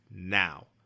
Now